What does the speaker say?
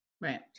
Right